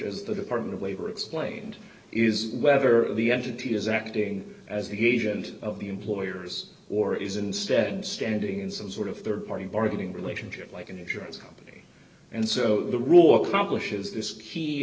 as the department of labor explained is whether the entity is acting as agents of the employers or is instead standing in some sort of rd party bargaining relationship like an insurance company and so the rule accomplishes this key